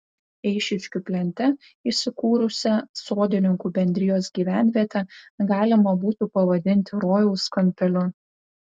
eišiškių plente įsikūrusią sodininkų bendrijos gyvenvietę galima būtų pavadinti rojaus kampeliu